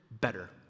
better